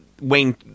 Wayne